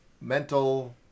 mental